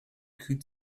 could